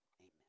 amen